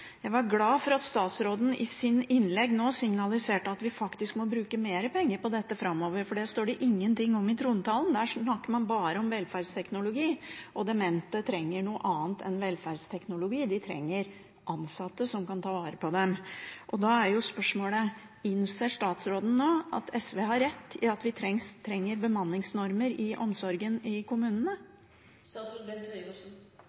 Jeg var glad for at statsråden i sitt innlegg nå signaliserte at vi faktisk må bruke mer penger på dette framover, for det står det ingenting om i trontalen. Der snakker man bare om velferdsteknologi, og demente trenger noe annet enn velferdsteknologi, de trenger ansatte som kan ta vare på dem. Da er spørsmålet: Innser statsråden nå at SV har rett i at vi trenger bemanningsnormer i omsorgen i